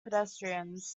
pedestrians